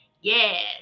Yes